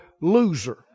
loser